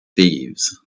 thieves